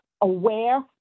aware